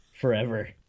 Forever